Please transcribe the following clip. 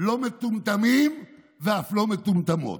לא מטומטמים ואף לא מטומטמות.